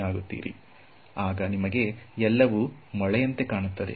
ಒಬ್ಬ ಮನುಷ್ಯನ ಬಳಿ ಸುತ್ತಿಗೆ ಇತ್ತು ಅದನ್ನು ಮೊಳೆ ಹೊಡೆಯಲು ಉಪಯೋಗಿಸಲಾಗುತ್ತದೆ